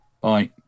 Bye